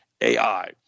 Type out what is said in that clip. AI